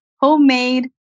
homemade